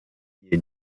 you